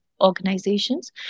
organizations